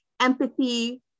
empathy